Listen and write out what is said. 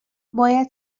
باید